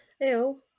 Ew